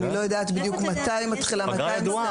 אני לא יודעת בדיוק מתי היא מתחילה ומתי היא מסתיימת.